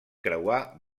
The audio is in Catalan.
creuar